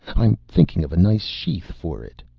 i am thinking of a nice sheath for it.